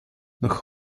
noch